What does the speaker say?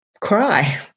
cry